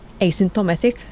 asymptomatic